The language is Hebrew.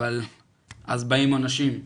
אבל אז באים אנשים,